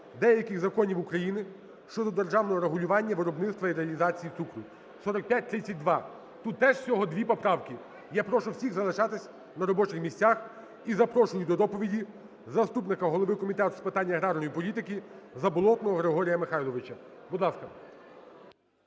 деяких законів України щодо державного регулювання виробництва і реалізації цукру (4532). Тут теж всього дві поправки. Я прошу всіх залишатися на робочих місцях. І запрошую до доповіді заступника голови Комітету з питань аграрної політики Заболотного Григорія Михайловича. Будь ласка.